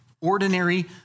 ordinary